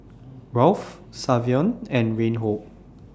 Rolf Savion and Reinhold